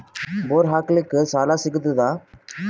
Bore ಹಾಕಲಿಕ್ಕ ಸಾಲ ಸಿಗತದ?